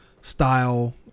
style